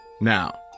now